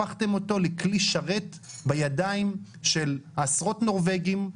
הפכתם אותו לכלי שרת בידיים של עשרות נורבגים,